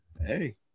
Hey